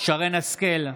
שרן מרים השכל,